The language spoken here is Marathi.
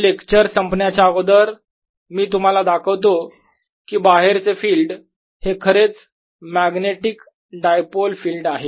हे लेक्चर संपण्याच्या अगोदर मी तुम्हाला दाखवतो की बाहेरचे फिल्ड हे खरेच मॅग्नेटिक डायपोल फिल्ड